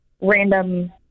random